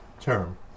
term